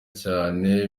cyane